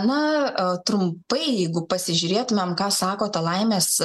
na trumpai jeigu pasižiūrėtumėm ką sako ta laimės